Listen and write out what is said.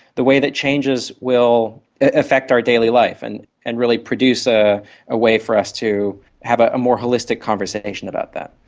the way that changes will affect our daily life and and really produce a way way for us to have ah a more holistic conversation about that.